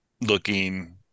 looking